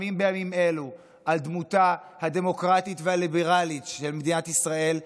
שנלחמים בימים אלו על דמותה הדמוקרטית והליברלית של מדינת ישראל,